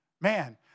Man